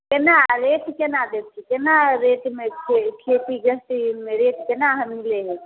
केना रेट केना दै छियै केना रेटमे छै खेती गृहस्थीमे रेट केना हम लेबै